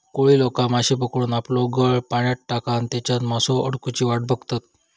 कोळी लोका माश्ये पकडूक आपलो गळ पाण्यात टाकान तेच्यात मासो अडकुची वाट बघतत